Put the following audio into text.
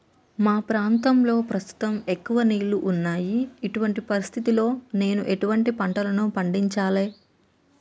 మా ప్రాంతంలో ప్రస్తుతం ఎక్కువ నీళ్లు ఉన్నాయి, ఇటువంటి పరిస్థితిలో నేను ఎటువంటి పంటలను పండించాలే?